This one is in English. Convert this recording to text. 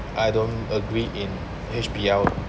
I don't agree in H_B_L